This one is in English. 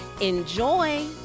Enjoy